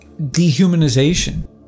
dehumanization